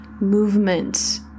movement